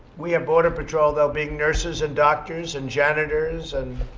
we have border patrol, though, being nurses and doctors and janitors. and